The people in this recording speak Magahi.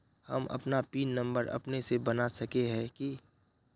हम अपन पिन नंबर अपने से बना सके है की?